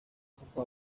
kuko